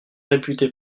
réputées